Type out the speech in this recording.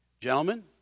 Gentlemen